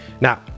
Now